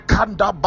Kanda